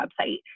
website